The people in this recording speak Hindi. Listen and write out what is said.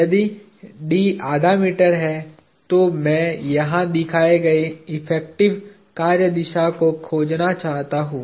यदि d आधा मीटर है तो मैं यहां दिखाए गए इफेक्टिव कार्य दिशा को खोजना चाहता हूं